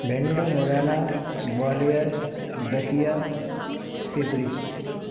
Bhind Morena Gwalior Datia SIPRI